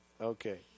Okay